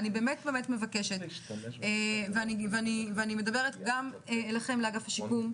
אני באמת מבקשת ואני מדברת גם אליכם לאגף השיקום,